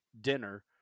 dinner